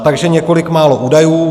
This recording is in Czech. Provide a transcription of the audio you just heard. Takže několik málo údajů.